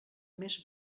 més